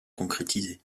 concrétiser